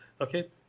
okay